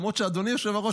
למרות שאדוני היושב-ראש,